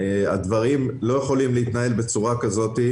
הדברים לא יכולים להתנהל בצורה כזאת,